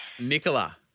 Nicola